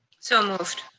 so moved.